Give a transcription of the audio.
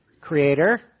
Creator